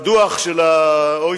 והדוח של ה-OECD,